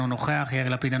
אינו נוכח יאיר לפיד,